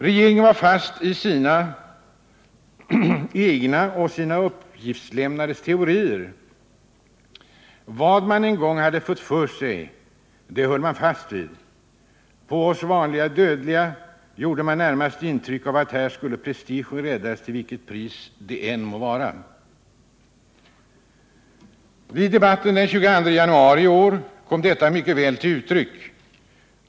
Regeringen var fast i sina egna och sina uppgiftslämnares teorier. Vad man en gång fått för sig höll man fast vid. På oss vanliga dödliga gjorde det närmast intrycket att här skulle prestigen räddas till vilket pris det än må vara. Vid debatten den 22 januari i år kom detta mycket väl till uttryck.